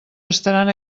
estaran